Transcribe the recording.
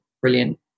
brilliant